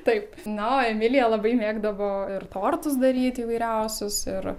taip na o emilija labai mėgdavo ir tortus daryti įvairiausius ir